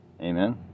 amen